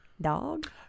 dog